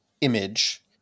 image